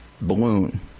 balloon